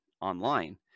online